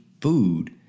food